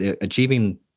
Achieving